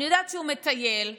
אני יודעת שהוא מטייל בספרות,